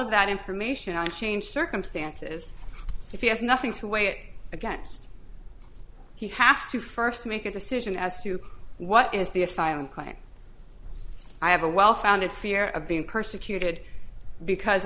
of that information and change circumstances if he has nothing to weigh it against he has to first make a decision as to what is the asylum claim i have a well founded fear of being persecuted because